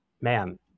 man